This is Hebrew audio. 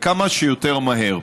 וכמה שיותר מהר.